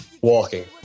walking